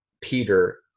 Peter